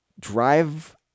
Drive